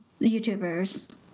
YouTubers